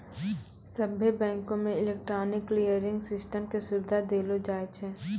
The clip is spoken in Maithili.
सभ्भे बैंको मे इलेक्ट्रॉनिक क्लियरिंग सिस्टम के सुविधा देलो जाय छै